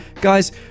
guys